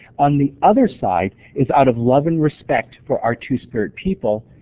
on the other side is out of love and respect for our two-spirit people,